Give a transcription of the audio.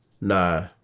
no